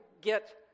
get